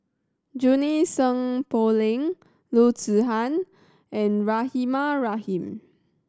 Junie Sng Poh Leng Loo Zihan and Rahimah Rahim